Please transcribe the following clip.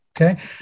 Okay